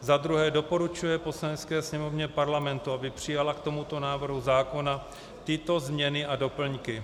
II. doporučuje Poslanecké sněmovně Parlamentu, aby přijala k tomuto návrhu zákona tyto změny a doplňky: